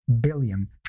billion